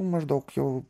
maždaug jau